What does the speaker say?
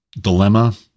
dilemma